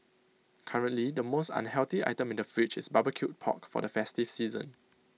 currently the most unhealthy item in the fridge is barbecued pork for the festive season